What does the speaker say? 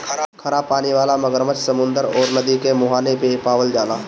खरा पानी वाला मगरमच्छ समुंदर अउरी नदी के मुहाने पे पावल जाला